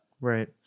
Right